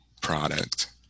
product